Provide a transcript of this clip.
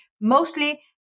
mostly